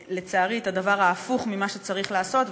לצערי, את הדבר ההפוך ממה שצריך לעשות.